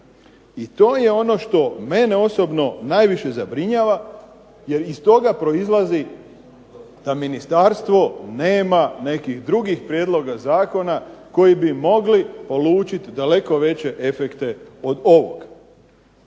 I to je ono što mene osobno najviše zabrinjava, jer iz toga proizlazi da ministarstvo nema nekih drugih prijedloga zakona koji bi mogli polučiti daleko veće efekte od ovog.